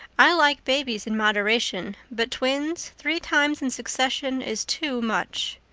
i like babies in moderation, but twins three times in succession is too much.